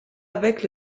avec